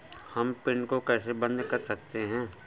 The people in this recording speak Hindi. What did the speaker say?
हम पिन को कैसे बंद कर सकते हैं?